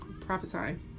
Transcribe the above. prophesying